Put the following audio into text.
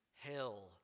hell